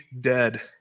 dead